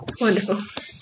Wonderful